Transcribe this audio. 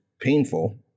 painful